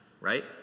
right